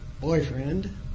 boyfriend